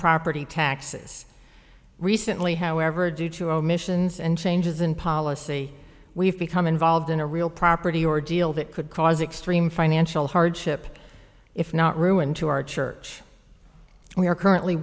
property taxes recently however due to omissions and changes in policy we've become involved in a real property ordeal that could cause extreme financial hardship if not ruin to our church and we are currently